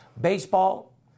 Baseball